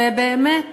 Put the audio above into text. ובאמת